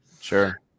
Sure